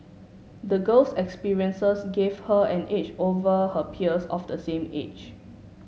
the girl's experiences gave her an edge over her peers of the same age